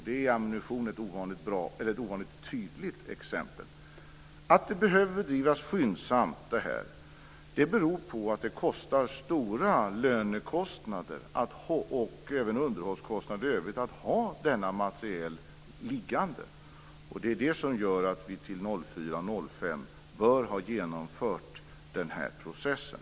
Där är ammunition ett ovanligt tydligt exempel. Att det hela behöver bedrivas skyndsamt beror på att det medför höga lönekostnader och underhållskostnader i övrigt att ha denna materiel liggande. Det är det som gör att vi till 2004-2005 bör ha genomfört den här processen.